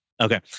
Okay